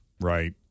Right